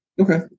Okay